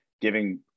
giving